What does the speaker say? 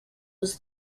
was